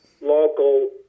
local